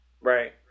Right